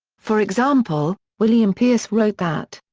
for example, william pierce wrote that.